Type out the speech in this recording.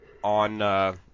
on